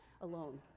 alone